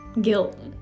guilt